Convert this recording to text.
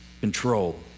control